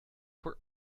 for